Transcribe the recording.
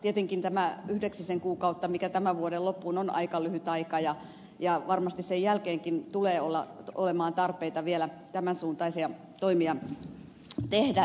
tietenkin tämä yhdeksisen kuukautta mikä tämän vuoden loppuun on on aika lyhyt aika ja varmasti sen jälkeenkin tulee olemaan tarpeita vielä tämän suuntaisia toimia tehdä